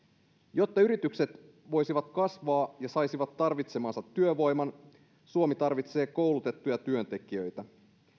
jotta yritykset voisivat kasvaa ja saisivat tarvitsemansa työvoiman suomi tarvitsee koulutettuja työntekijöitä